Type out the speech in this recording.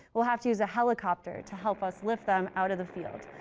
we'll have to use a helicopter to help us lift them out of the field.